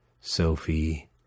Sophie